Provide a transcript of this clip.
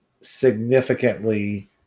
significantly